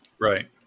Right